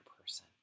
person